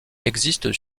existe